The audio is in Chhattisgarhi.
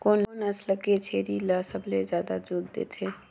कोन नस्ल के छेरी ल सबले ज्यादा दूध देथे?